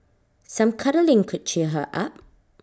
some cuddling could cheer her up